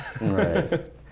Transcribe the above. Right